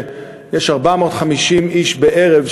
יש 450 איש בערב,